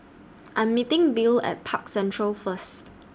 I Am meeting Bill At Park Central First